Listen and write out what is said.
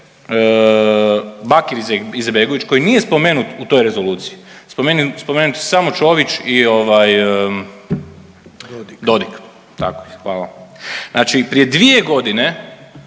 Bakir Izetbegović koji nije spomenut u toj Rezoluciji. Spomenut je samo Čović i Dodik. Tako je, hvala. Znači prije dvije godine